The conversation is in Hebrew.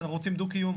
שאנחנו רוצים דו-קיום.